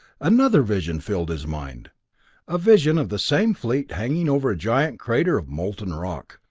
another vision filled his mind a vision of the same fleet hanging over a giant crater of molten rock,